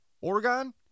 Oregon